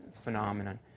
phenomenon